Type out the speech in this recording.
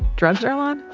drugs, earlonne?